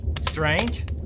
Strange